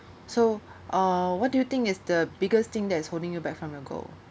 so uh what do you think is the biggest thing that is holding you back from your goal